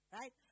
Right